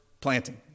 Planting